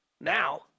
now